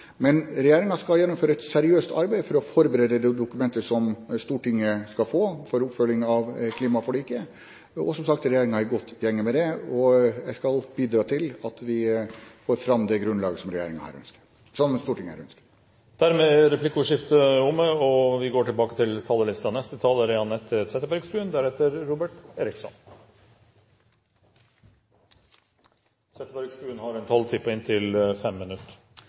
Men regjeringen skal gjennomføre et seriøst arbeid for å forberede det dokumentet som Stortinget skal få for oppfølging av klimaforliket, og som sagt: Regjeringen er i godt gjenge med det. Jeg skal bidra til at vi får fram det grunnlaget som Stortinget her ønsker. Replikkordskiftet er omme. Jeg spiste i dag lunsj med den islandske handels- og økonomiministeren. Da han hørte at vi hadde finansdebatt i dag, poengterte selvfølgelig han nettopp hvor heldige vi er som kan diskutere budsjett i en